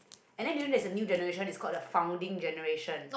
and then during there is a new generation is called the founding generation